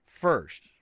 First